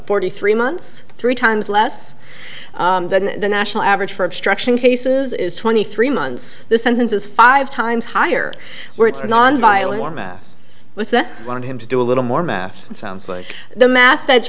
forty three months three times less than the national average for obstruction cases is twenty three months the sentence is five times higher where it's nonviolent wanted him to do a little more math it sounds like the math that's